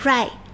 Right